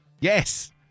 Yes